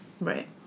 Right